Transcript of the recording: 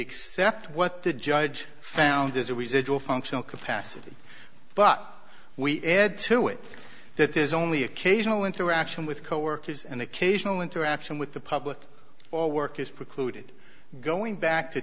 accept what the judge found is a residual functional capacity but we add to it that there's only occasional interaction with coworkers and occasional interaction with the public or work is precluded going back to